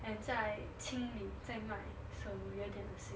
and 在清理再卖 so 有点恶心